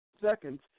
seconds